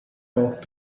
talk